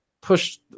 push